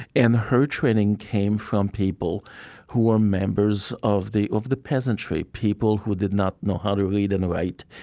and her training came from people who were members of the of the peasantry, people who did not know how to read and write,